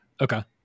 Okay